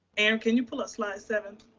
and can you pull up slide seven?